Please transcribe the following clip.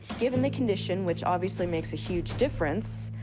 given the condition, which obviously makes a huge difference,